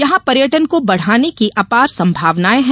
यहां पर्यटन को बढ़ाने के अपार संभावनायें हैं